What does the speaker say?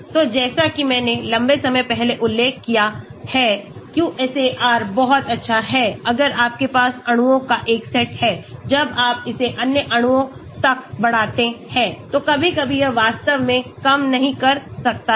तो जैसा कि मैंने लंबे समय पहले उल्लेख किया है QSAR बहुत अच्छा है अगर आपके पास अणुओं का एक सेट है जब आप इसे अन्य अणुओं तक बढ़ाते हैं तो कभी कभी यह वास्तव में काम नहीं कर सकता है